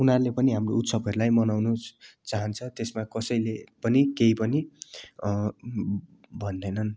उनीहरूले पनि हाम्रो उत्सवहरूलाई मनाउनु चाहन्छ त्यसमा कसैले पनि केही पनि भन्दैनन्